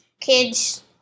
kids